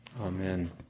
Amen